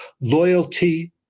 loyalty